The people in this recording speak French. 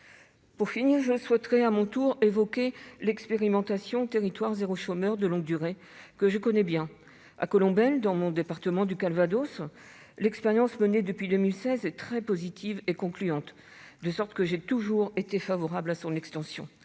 Pour finir, je souhaite à mon tour évoquer l'expérimentation « territoires zéro chômeur de longue durée », que je connais bien. À Colombelles, dans mon département du Calvados, l'expérience menée depuis 2016 est très positive et concluante, de sorte que j'ai toujours été favorable à son extension.